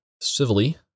civilly